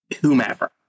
whomever